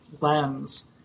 lens